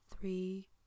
three